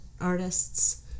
artists